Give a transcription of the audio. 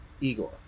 Igor